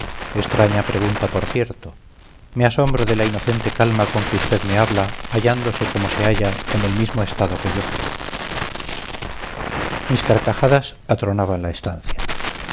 extraña pregunta por cierto me asombro de la inocente calma con que usted me habla hallándose como se halla en el mismo estado que yo mis carcajadas atronaban la estancia